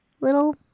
little